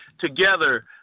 together